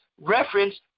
reference